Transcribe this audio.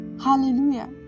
Hallelujah